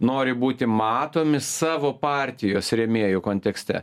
nori būti matomi savo partijos rėmėjų kontekste